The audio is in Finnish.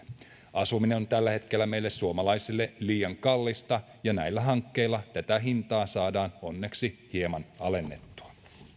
asuminen on tällä hetkellä meille suomalaisille liian kallista ja näillä hankkeilla tätä hintaa saadaan onneksi hieman alennettua